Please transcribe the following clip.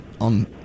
on